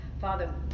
Father